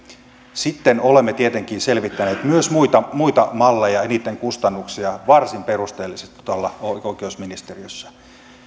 sitten olemme tietenkin selvittäneet myös muita muita malleja ja niitten kustannuksia varsin perusteellisesti tuolla oikeusministeriössä